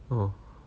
oh